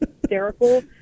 hysterical